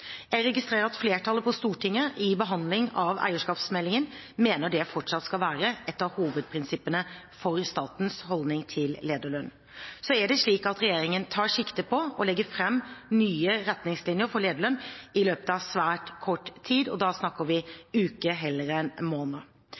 Jeg registrerer at flertallet på Stortinget i behandlingen av eierskapsmeldingen mener dette fortsatt skal være et av hovedprinsippene for statens holdning til lederlønn. Så er det slik at regjeringen tar sikte på å legge fram nye retningslinjer for lederlønn i løpet av svært kort tid, og da snakker vi om uker heller